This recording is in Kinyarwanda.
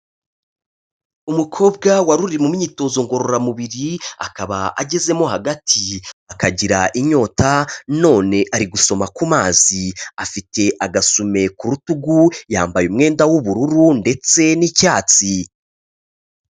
Umukobwa wari uri mu myitozo ngororamubiri akaba agezemo hagati akagira inyota, none ari gusoma ku mazi afite agasume ku rutugu, yambaye umwenda w'ubururu ndetse n'icyatsi.